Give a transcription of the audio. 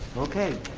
okay.